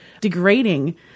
degrading